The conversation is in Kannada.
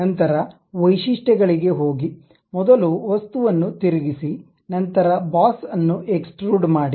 ನಂತರ ವೈಶಿಷ್ಟ್ಯಗಳಿಗೆ ಹೋಗಿ ಮೊದಲು ವಸ್ತುವನ್ನು ತಿರುಗಿಸಿ ನಂತರ ಬಾಸ್ ಅನ್ನು ಎಕ್ಸ್ಟ್ರುಡ್ ಮಾಡಿ